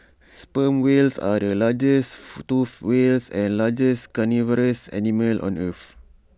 sperm whales are the largest toothed whales and largest carnivorous animals on earth